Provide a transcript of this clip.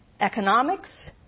economics